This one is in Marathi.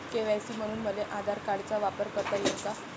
के.वाय.सी म्हनून मले आधार कार्डाचा वापर करता येईन का?